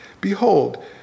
behold